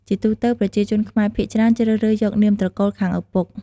ជាទូទៅ ប្រជាជនខ្មែរភាគច្រើន ជ្រើសរើសយកនាមត្រកូលខាងឪពុក។